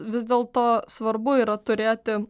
vis dėlto svarbu yra turėti